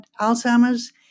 Alzheimer's